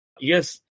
Yes